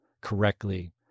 correctly